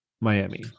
Miami